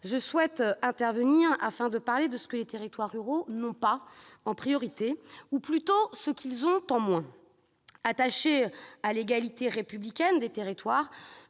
je souhaite intervenir pour parler de ce que les territoires ruraux n'ont pas ou, plutôt, ont en moins. Attachée à l'égalité républicaine des territoires,